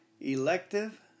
elective